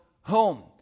home